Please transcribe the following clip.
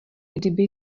kdyby